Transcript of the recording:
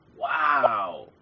Wow